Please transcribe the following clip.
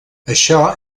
això